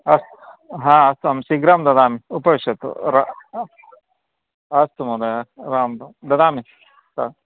अस्तु हा अस्तु अहं शीघ्रं ददामि उपविशतु अस्तु महोदय रां रां ददामि